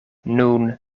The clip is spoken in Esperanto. nun